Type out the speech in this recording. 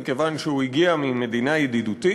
מכיוון שהוא הגיע ממדינה ידידותית.